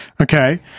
okay